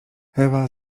ewa